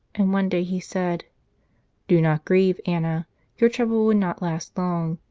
and one day he said do not grieve, anna your trouble will not last long,